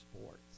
sports